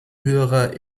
höherer